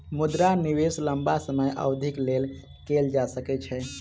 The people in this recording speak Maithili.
मुद्रा निवेश लम्बा समय अवधिक लेल कएल जा सकै छै